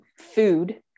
food